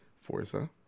Forza